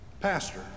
pastor